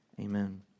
Amen